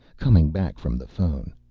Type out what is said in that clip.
coming back from the phone.